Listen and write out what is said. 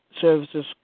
services